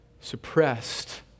suppressed